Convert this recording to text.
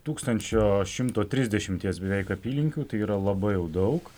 tūkstančio šimto trisdešimties beveik apylinkių tai yra labai jau daug